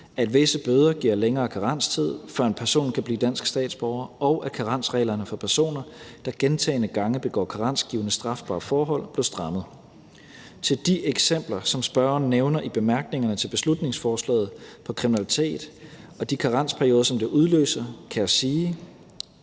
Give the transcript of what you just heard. at visse bøder giver længere karenstid, før en person kan blive dansk statsborger, og karensreglerne for personer, der gentagne gange begår karensgivende strafbare forhold, blev strammet. Til de eksempler, som forslagsstillerne nævner i bemærkningerne til beslutningsforslaget, på kriminalitet og de karensperioder, som det udløser, kan jeg sige: